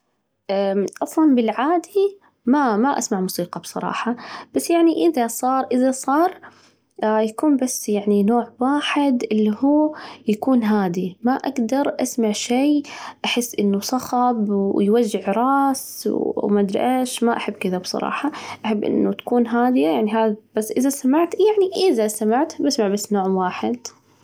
صلاً بالعادي ما ما أسمع موسيقى بصراحة، بس يعني إذا صار، إذا صار يكون بس يعني نوع واحد اللي هو يكون هادي، ما أجدر أسمع شي أحس إنه صخب ويوجع راس وما أدري إيش، ما أحب كذا بصراحة، أحب إنه تكون هادية يعني هادي، بس إذا سمعت يعني إذا سمعت بسمع بس نوع واحد.